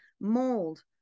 mold